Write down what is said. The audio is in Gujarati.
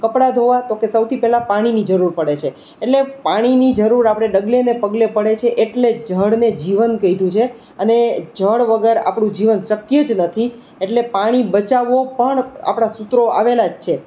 કપડાં ધોવા તો કે સૌથી પહેલા પાણીની જરૂર પડે છે એટલે પાણીની જરૂર આપણે ડગલે ને પગલે પડે છે એટલે જ જળને જીવન કીધું છે અને જળ વગર આપણું જીવન શક્ય જ નથી એટલે પાણી બચાવવું પણ આપણા સૂત્રો આવેલા જ છે